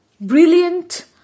brilliant